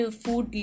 food